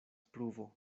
pruvo